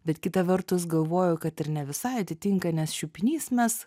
bet kita vertus galvoju kad ir ne visai atitinka nes šiupinys mes